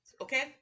okay